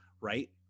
right